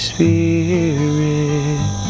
Spirit